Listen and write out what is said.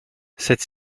cette